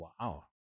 wow